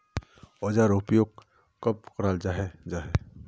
औजार उपयोग कब कराल जाहा जाहा?